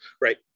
right